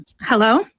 Hello